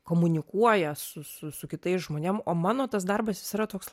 komunikuoja su su su kitais žmonėm o mano tas darbas jis yra toks